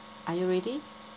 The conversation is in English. are you ready